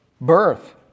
birth